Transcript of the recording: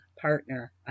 partner